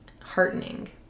heartening